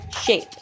shape